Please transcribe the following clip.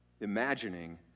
imagining